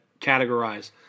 categorize